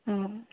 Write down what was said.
ହୁଁ